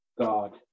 God